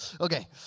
Okay